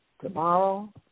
Tomorrow